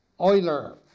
Euler